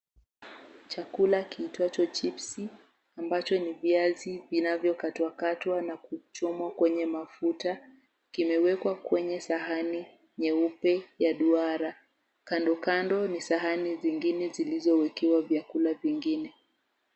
Chakula kiitwacho chips ambacho ni viazi vinavyokatwa katwa na kuchomwa kwenye mafuta, kimewekwa kwenye sahani nyeupe ya duara. Kando kando ni sahani zingine zilizowekewa vyakula vingine.